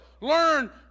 Learn